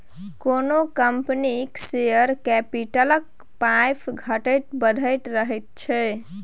कोनो कंपनीक शेयर कैपिटलक पाइ घटैत बढ़ैत रहैत छै